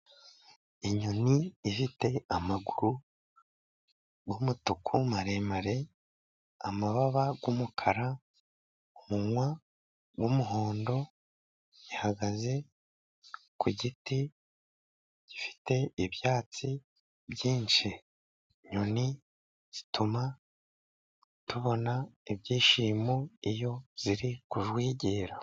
Inyoni ifite amaguru y'umutuku maremare, amababa y'umukara, umunwa w'umuhondo, ihagaze ku giti gifite ibyatsi byinshi. Inyoni zituma tubona ibyishimo iyo ziri kujwigira.